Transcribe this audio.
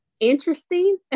interesting